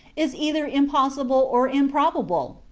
is either impossible or improbable?